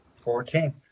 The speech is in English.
Fourteen